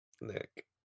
Nick